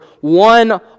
one